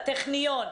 הטכניון,